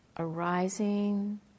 arising